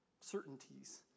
certainties